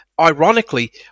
ironically